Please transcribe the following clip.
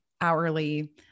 hourly